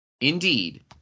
indeed